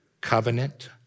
Covenant